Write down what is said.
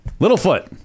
Littlefoot